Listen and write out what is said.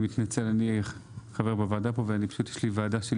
אני חבר בוועדה פה ופשוט יש לי ועדה שלי